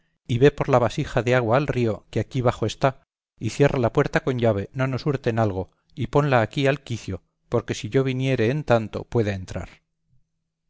y ve por la vasija de agua al río que aquí bajo está y cierra la puerta con llave no nos hurten algo y ponla aquí al quicio porque si yo viniere en tanto pueda entrar